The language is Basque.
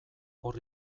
hor